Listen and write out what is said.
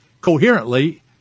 coherently